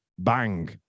Bang